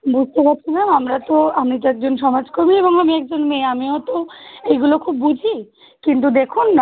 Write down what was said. বুঝতে পারছি ম্যাম আমরা তো আমি তো একজন সমাজকর্মী এবং আমি একজন মেয়ে আমিও তো এইগুলো খুব বুঝি কিন্তু দেখুন